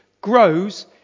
grows